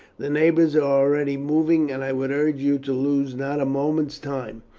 the neighbours are already moving, and i would urge you to lose not a moment's time,